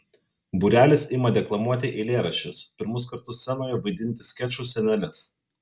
būrelis ima deklamuoti eilėraščius pirmus kartus scenoje vaidinti skečų sceneles